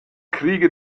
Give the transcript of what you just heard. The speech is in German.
kriege